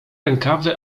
rękawy